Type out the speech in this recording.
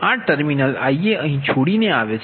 આ terminal Ia અહીં છોડીને આવે છે